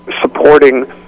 supporting